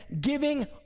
giving